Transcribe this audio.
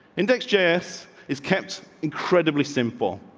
index. jess is kept incredibly simple.